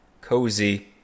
Cozy